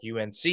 UNC